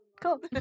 Cool